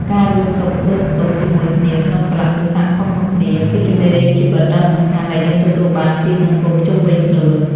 ការរួមសុខរួមទុក្ខជាមួយគ្នាក្នុងកាលៈទេសៈខុសៗគ្នា គឺជាមេរៀនជីវិតដ៏សំខាន់ដែលយើងទទួលបានពីសង្គមជុំវិញខ្លួន។